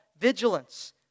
vigilance